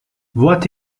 what